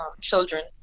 children